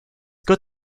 good